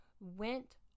went